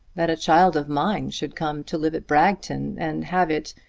that a child of mine should come to live at bragton and have it,